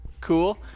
Cool